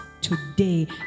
today